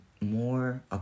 more